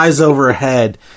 overhead